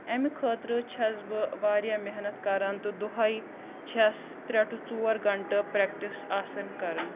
اَمہِ خٲطرٕ چھَس بہٕ واریاہ محنت کران تہٕ دۄہَے چھَس ترٛےٚ ٹُہ ژور گَنٹہٕ پرٛٮ۪کٹِس آسان کَران